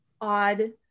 odd